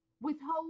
withhold